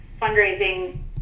fundraising